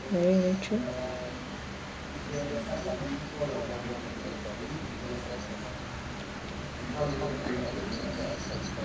mm true